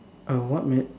uh what ma~